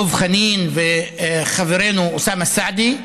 דב חנין וחברנו אוסאמה סעדי.